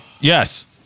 Yes